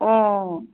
অঁ